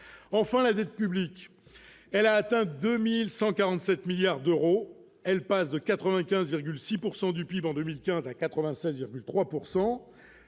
enfin, la dette publique, elle a atteint 2147 milliards d'euros, elle passe de 95,6 pourcent du du PIB en 2015 à 96,3